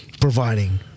providing